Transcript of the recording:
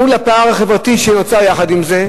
מול הפער החברתי שנוצר יחד עם זה,